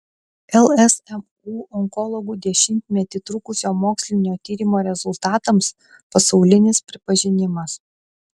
lsmu onkologų dešimtmetį trukusio mokslinio tyrimo rezultatams pasaulinis pripažinimas